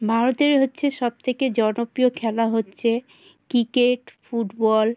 ভারতের হচ্ছে সবথেকে জনপ্রিয় খেলা হচ্ছে ক্রিকেট ফুটবল